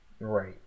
Right